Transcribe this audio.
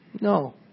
No